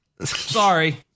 Sorry